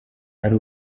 ari